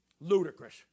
Ludicrous